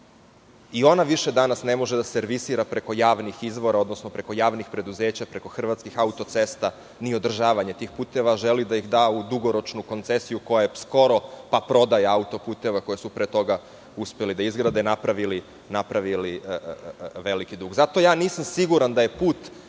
i ona više danas ne može da servisira preko javnih izvora, odnosno preko javnih preduzeća, preko hrvatskih autocesta ni održavanje tih puteva. Želi da ih da u dugoročnu koncesiju koja je skoro pa prodaja autoputeva, koja su pre toga uspeli da izgrade, napravili veliki dug. Zato nisam siguran da je put